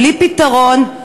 בלי פתרון,